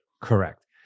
Correct